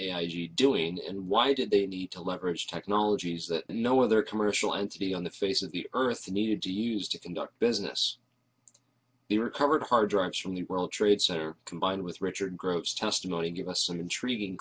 a g doing and why did they need to leverage technologies that no other commercial entity on the face of the earth needed to use to conduct business the recovered hard drives from the world trade center combined with richard gross testimony give us some intriguing